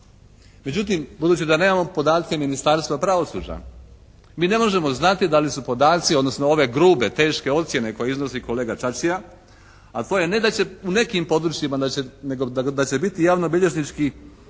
Međutim budući da nemamo podatke Ministarstva pravosuđa mi ne možemo znati da li su podaci odnosno ove grube, teške ocjene koje iznosi kolega Čačija a to je ne da će, u nekim područjima da će nego da će biti javnobilježnički praksa,